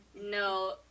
No